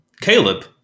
Caleb